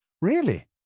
Really